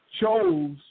chose